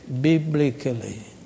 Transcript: biblically